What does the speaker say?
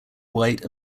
white